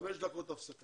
הישיבה ננעלה בשעה